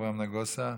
אברהם נגוסה,